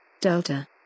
Delta